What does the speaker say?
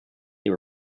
they